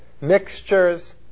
mixtures